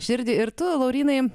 širdį ir tu laurynai